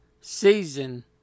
season